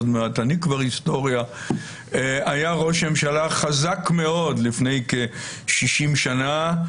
עוד מעט אני כבר היסטוריה היה ראש ממשלה חזק מאוד לפני כ-60 שנה,